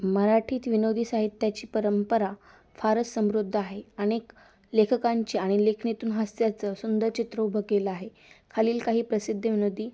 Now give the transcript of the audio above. मराठीत विनोदी साहित्याची परंपरा फारच समृद्ध आहे अनेक लेखकांची आणि लिखनेतून हास्याचं सुंदर चित्र उभं केलं आहे खालील काही प्रसिद्ध विनोदी